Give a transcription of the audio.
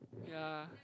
ya